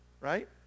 Right